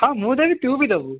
ହଁ ମୁଁ ଦେବି ତୁ ବି ଦେବୁ